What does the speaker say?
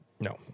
No